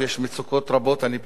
אני פשוט בא משם,